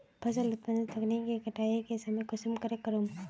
फसल उत्पादन तकनीक के कटाई के समय कुंसम करे करूम?